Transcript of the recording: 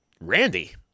randy